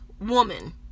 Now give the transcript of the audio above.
woman